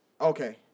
Okay